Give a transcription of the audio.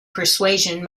persuasion